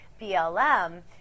BLM